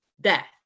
death